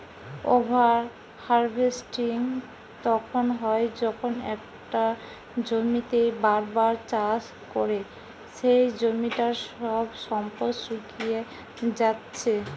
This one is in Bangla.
ওভার হার্ভেস্টিং তখন হয় যখন একটা জমিতেই বার বার চাষ করে সেই জমিটার সব সম্পদ শুষিয়ে জাত্ছে